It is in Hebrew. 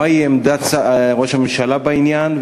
2. מה היא עמדת ראש הממשלה בעניין?